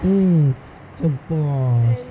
mm future boss